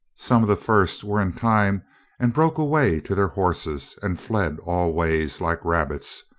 some of the first were in time and broke away to their horses and fled all ways, like rabbits,